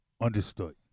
Understood